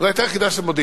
זו היתה יחידה של מודיעין.